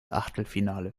achtelfinale